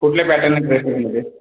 कुठल्या पॅटर्न आहे ड्रेसेसमधे